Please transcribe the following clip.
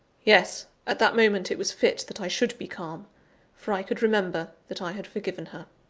yes! at that moment it was fit that i should be calm for i could remember that i had forgiven her.